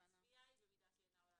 הצפייה היא במידה שאינה עולה על הנדרש.